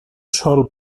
sol